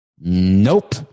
Nope